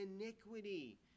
iniquity